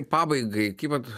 pabaigai kaip vat